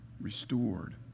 restored